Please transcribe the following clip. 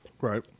Right